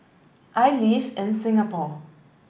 I live in Singapore